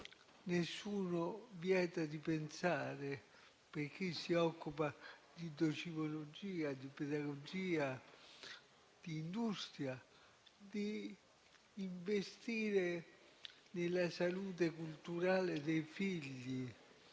nessuno vieta, a chi si occupa di docimologia, di pedagogia, di industria e di investimenti nella salute culturale dei figli,